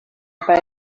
para